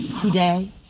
today